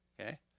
Okay